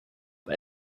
but